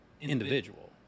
individual